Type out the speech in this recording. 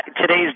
today's